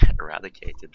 eradicated